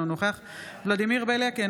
אינו נוכח ולדימיר בליאק,